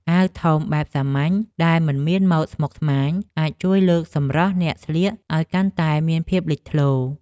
អាវធំបែបសាមញ្ញដែលមិនមានម៉ូដស្មុគស្មាញអាចជួយលើកសម្រស់អ្នកស្លៀកឱ្យកាន់តែមានភាពលេចធ្លោ។